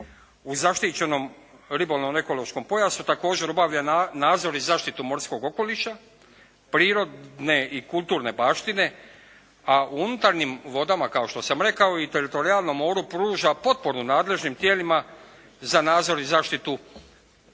U zaštićenom ribolovnom ekološkom pojasu također obavlja nadzor i zaštitu morskog okoliša, prirodne i kulturne baštine, a u unutarnjim vodama kao što sam rekao i teritorijalnom moru pruža potporu nadležnim tijelima za nadzor i zaštitu morskog okoliša